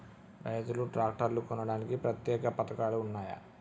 రైతులు ట్రాక్టర్లు కొనడానికి ప్రత్యేక పథకాలు ఉన్నయా?